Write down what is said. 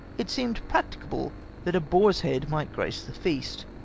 it seemed practicable that a boar's head might grace the feast.